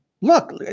look